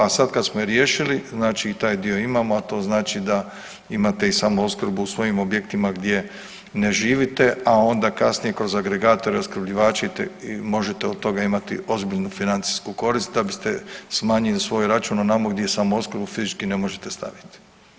A sada kada smo ju riješili, znači i taj dio imamo a to znači da imate i samu opskrbu u svojim objektima gdje ne živite, a onda kasnije kroz agregatore, opskrbljivače možete od toga imati ozbiljnu financijsku korist da biste smanjili svoj račun onamo gdje samoopskrbu fizički ne možete staviti.